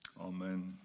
Amen